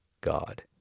God